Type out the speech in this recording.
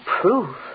proof